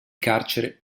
carcere